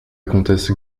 comtesse